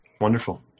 Wonderful